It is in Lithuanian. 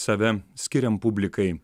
save skiriam publikai